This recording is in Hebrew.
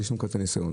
אז הם כבר צברו ניסיון.